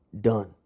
Done